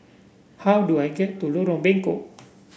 how do I get to Lorong Bengkok